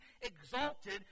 exalted